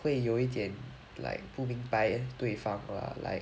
会有一点 like 不明白对方 lah like